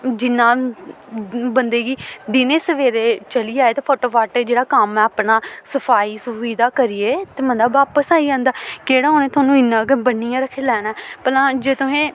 जिन्ना बंदे गी दिनें सवेरे चली जाए ते फटोफट एह् जेह्ड़ा कम्म ऐ अपना सफाई सफूई दा करियै ते बंदा बापस आई जंदा केह्ड़ा उ'नें थुहानूं इन्ना गै बन्नियै रक्खी लैना ऐ भला जे तुहें